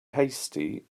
hasty